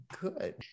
good